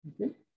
Okay